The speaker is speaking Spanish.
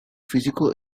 físico